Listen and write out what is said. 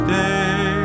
day